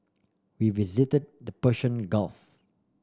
we visited the Persian Gulf